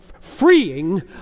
freeing